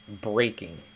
breaking